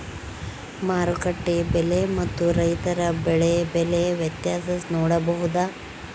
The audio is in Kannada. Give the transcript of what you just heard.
ಮಾರುಕಟ್ಟೆ ಬೆಲೆ ಮತ್ತು ರೈತರ ಬೆಳೆ ಬೆಲೆ ವ್ಯತ್ಯಾಸ ನೋಡಬಹುದಾ?